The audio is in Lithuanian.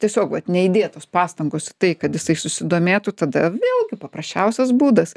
tiesiog vat neįdėtos pastangos į tai kad jisai susidomėtų tada vėlgi papraščiausias būdas